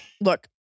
look